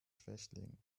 schwächling